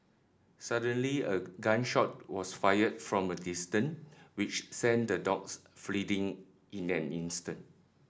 suddenly a gun shot was fired from a distance which sent the dogs fleeing in an instant